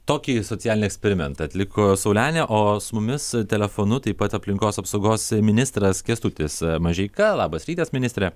tokį socialinį eksperimentą atliko saulenė o su mumis telefonu taip pat aplinkos apsaugos ministras kęstutis mažeika labas rytas ministre